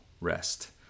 rest